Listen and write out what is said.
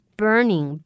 burning